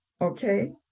Okay